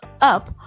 up